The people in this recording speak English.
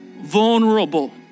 vulnerable